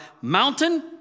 Mountain